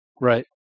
right